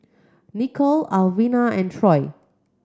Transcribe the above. Nicole Alvina and Troy